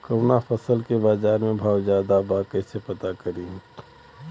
कवना फसल के बाजार में भाव ज्यादा बा कैसे पता करि?